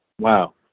Wow